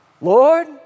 Lord